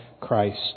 Christ